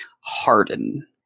harden